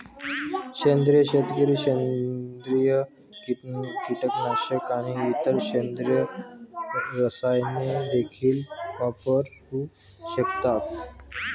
सेंद्रिय शेतकरी सेंद्रिय कीटकनाशके आणि इतर सेंद्रिय रसायने देखील वापरू शकतात